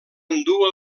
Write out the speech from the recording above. endur